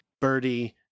Birdie